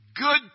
good